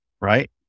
right